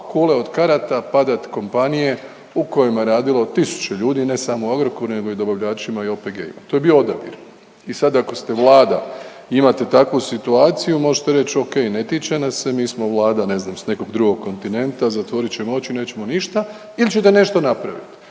kule od karata padat kompanije u kojima je radilo tisuće ljudi, ne samo u Agrokoru nego i u dobavljačima i OPG-ima. To je bio odabir. I sad ako ste Vlada i imate takvu situaciju možete reći ok ne tiče nas se, mi smo Vlada s, ne znam, nekog drugog kontinenta, zatvorit ćemo oči nećemo ništa ili ćete nešto napravit.